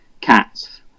cats